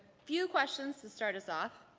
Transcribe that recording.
few questions to start us off.